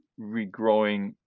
regrowing